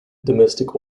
domestic